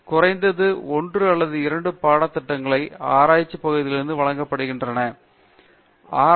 எனவே குறைந்தது 1 அல்லது 2 பாடத்திட்டங்கள் ஆராய்ச்சி பகுதியிலிருந்து வழங்கப்படுகின்றன இதனால் அவை விரைவாகப் போகும்